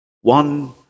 one